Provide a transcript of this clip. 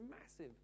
massive